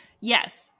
yes